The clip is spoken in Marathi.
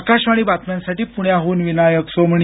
आकाशवाणी बातम्यांसाठी पुण्याहून विनायक सोमणी